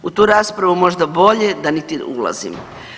U tu raspravu možda bolje da niti ne ulazimo.